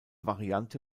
variante